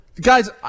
Guys